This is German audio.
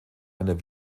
einer